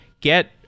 get